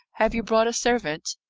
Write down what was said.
have you brought a servant?